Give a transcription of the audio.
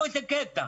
איזה קטע,